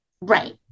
right